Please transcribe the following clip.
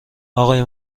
آقای